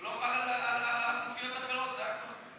הוא לא חל על אוכלוסיות אחרות, זה הכול.